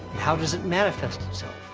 how does it manifest itself?